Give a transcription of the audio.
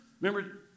Remember